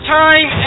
time